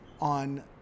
on